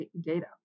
data